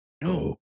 No